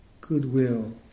goodwill